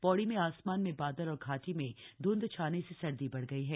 पौड़ी में आसमान में बादल और घाटी में ध्यंध छाने से सर्दी बढ़ गई है